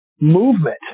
movement